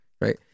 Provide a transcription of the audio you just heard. right